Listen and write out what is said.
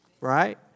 right